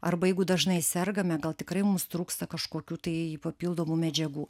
arba jeigu dažnai sergame gal tikrai mums trūksta kažkokių tai papildomų medžiagų